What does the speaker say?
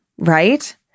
right